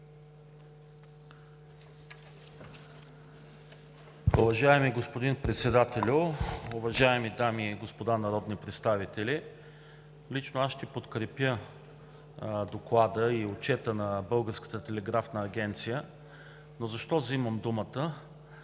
Уважаеми господин Председател, уважаеми дами и господа народни представители! Лично аз ще подкрепя Доклада и Отчета на Българската телеграфна агенция. Защо взимам думата?